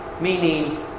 meaning